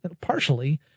partially